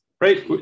right